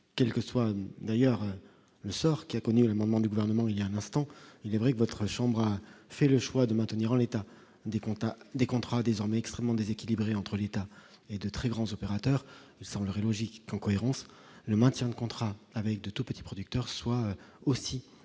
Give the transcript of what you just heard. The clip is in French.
quelle que soit d'ailleurs le sort qui a connu, moment du gouvernement il y a un instant, il est vrai que votre chambre a fait le choix de maintenir en l'état des comptes à des contrats désormais extrêmement déséquilibré entre l'État et de très grands opérateurs semblerait logique en cohérence le maintien de contrats avec de tous petits producteurs soient aussi l'un